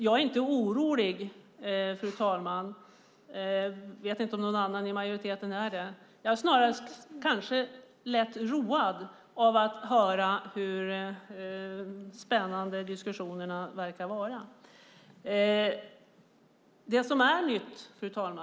Jag är inte orolig, och jag vet inte om någon annan i majoriteten är det. Jag är snarast lätt road av att höra hur spännande diskussionerna verkar vara.